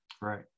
Right